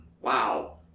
wow